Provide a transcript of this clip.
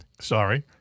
sorry